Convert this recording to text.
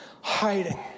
hiding